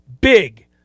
big